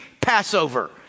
Passover